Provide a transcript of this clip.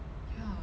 ya